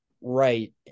right